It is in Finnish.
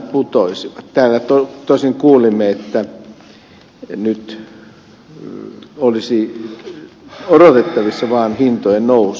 täällä tosin kuulimme että nyt olisi odotettavissa vaan hintojen nousu